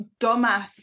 dumbass